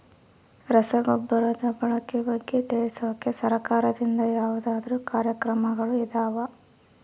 ರಸಗೊಬ್ಬರದ ಬಳಕೆ ಬಗ್ಗೆ ತಿಳಿಸೊಕೆ ಸರಕಾರದಿಂದ ಯಾವದಾದ್ರು ಕಾರ್ಯಕ್ರಮಗಳು ಇದಾವ?